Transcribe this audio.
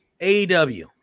AEW